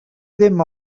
ddim